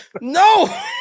No